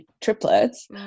triplets